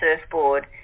surfboard